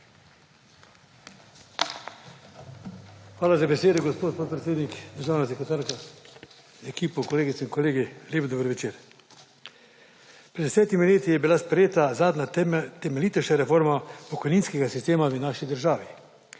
Hvala za besedo, gospod podpredsednik. Državna sekretarka z ekipo, kolegice in kolegi, lep dober večer! Pred desetimi leti je bila sprejeta zadnja temeljitejša reforma pokojninskega sistema v naši državi.